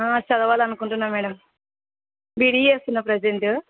చదవాలనుకుంటున్నా madam BDS ఉన్నా present